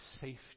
safety